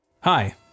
Hi